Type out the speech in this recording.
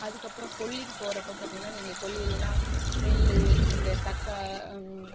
அதற்கப்பறம் கொல்லிக்கு போறப்போ பார்த்திங்கன்னா எங்கள் கொல்லிலலாம் நெல் இந்த தக்க